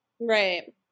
Right